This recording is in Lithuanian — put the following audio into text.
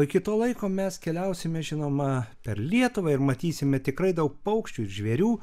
o iki to laiko mes keliausime žinoma per lietuvą ir matysime tikrai daug paukščių žvėrių